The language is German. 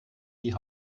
die